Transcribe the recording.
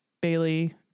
Bailey